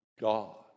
God